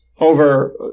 over